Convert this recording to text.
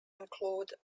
include